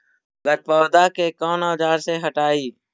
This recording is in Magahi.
गत्पोदा के कौन औजार से हटायी?